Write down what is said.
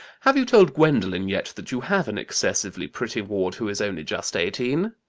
have you told gwendolen yet that you have an excessively pretty ward who is only just eighteen?